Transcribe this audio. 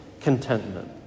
contentment